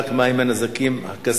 מישהו בדק מה עם הנזקים הכספיים,